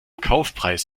kaufpreis